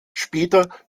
später